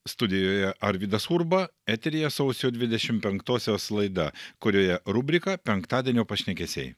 studijoje arvydas urba eteryje sausio dvidešimt penktosios laida kurioje rubrika penktadienio pašnekesiai